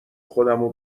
خودمو